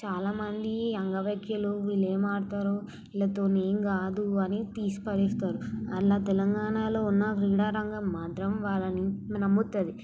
చాలా మంది అంగవైక్యులు వీళ్ళేం ఆడతారు వీళ్లతోని ఏం కాదు అని తీసి పడేస్తారు అలా తెలంగాణలో ఉన్న క్రీడారంగం మాత్రం వాళ్ళని నమ్ముతుంది